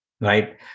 right